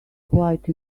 quite